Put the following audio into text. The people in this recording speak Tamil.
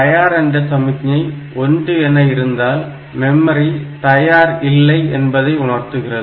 தயார் என்ற சமிக்ஞை 1 என இருந்தால் மெமரி தயார் இல்லை என்பதை உணர்த்துகிறது